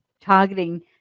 targeting